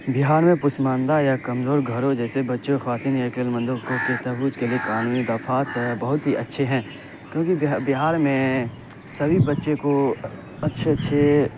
بہار میں پسماندہ یا کمزور گھروں جیسے بچوں خواتین قانونی دفعات بہت ہی اچھے ہیں کیونکہ بہار میں سبھی بچے کو اچھے اچھے